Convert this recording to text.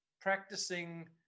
practicing